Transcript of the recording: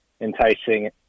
enticing